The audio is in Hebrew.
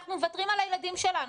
אנחנו מוותרים על הילדים שלנו.